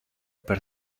per